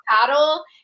paddle